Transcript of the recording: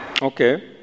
Okay